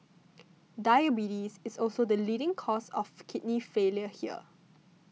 diabetes is also the leading cause of kidney failure here